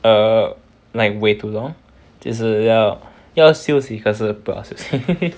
err like way too long 就是要要休息可是不要休息